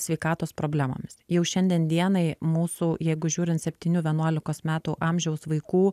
sveikatos problemomis jau šiandien dienai mūsų jeigu žiūrint septynių vienuolikos metų amžiaus vaikų